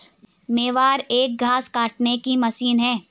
mower एक घास काटने की मशीन है